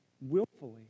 willfully